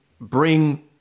bring